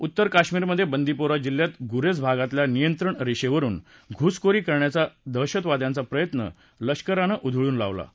उत्तर कश्मीरमधे बांदिपोरा जिल्ह्यात गुरेझ भागातल्या नियंत्रण रेषेवरून घुसखोरी करण्याचा दहशतवाद्यांचा प्रयत्न लष्करानं उधळून लावला आहे